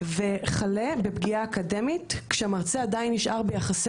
וכלה בפגיעה אקדמית כשהמרצה נשאר ביחסי